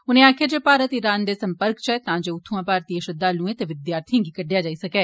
उनें आक्खेया जे भारत इरान दे सम्पर्क च ऐ तां जे उत्थ्आं भारतीय श्रद्वालुएं ते विद्यार्थियें गी कड्डेया जाई सकै